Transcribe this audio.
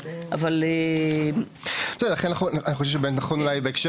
אבל --- לכן אני חושב שנכון אולי בהקשר